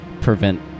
prevent